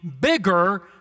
bigger